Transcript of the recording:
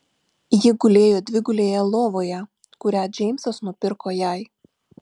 ji gulėjo dvigulėje lovoje kurią džeimsas nupirko jai